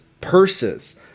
purses